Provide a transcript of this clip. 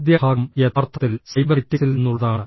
ആദ്യ ഭാഗം യഥാർത്ഥത്തിൽ സൈബർനെറ്റിക്സിൽ നിന്നുള്ളതാണ്